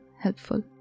helpful